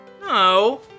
No